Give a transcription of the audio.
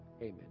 Amen